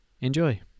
Enjoy